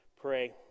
pray